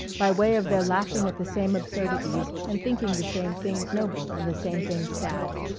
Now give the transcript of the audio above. by way of their laughing at the same absurdities and thinking the same things noble and the same things sad.